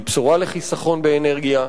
היא בשורה לחיסכון באנרגיה,